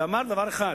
הוא אמר דבר אחד,